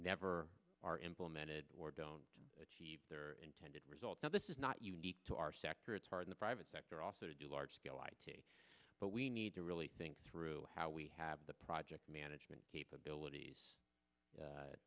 never are implemented or don't achieve their intended results now this is not unique to our sector it's far in the private sector also to do large scale i t but we need to really think through how we have the project management capabilities